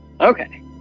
okay